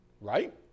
Right